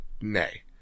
Nay